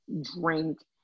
drink